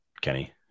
Kenny –